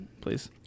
Please